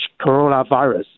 coronavirus